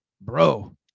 bro